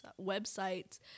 websites